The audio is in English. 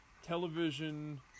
television